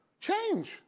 change